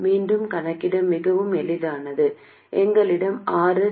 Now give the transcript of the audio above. மீண்டும் கணக்கிட மிகவும் எளிதானது எங்களிடம் Rs